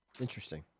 Interesting